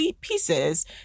pieces